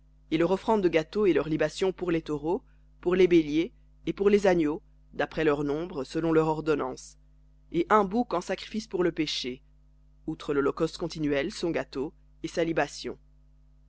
et leur offrande de gâteau et leurs libations pour les taureaux pour les béliers et pour les agneaux d'après leur nombre selon leur ordonnance et un bouc en sacrifice pour le péché outre l'holocauste continuel son gâteau et sa libation